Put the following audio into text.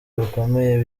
bukomeye